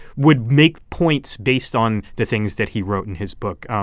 would make points based on the things that he wrote in his book. um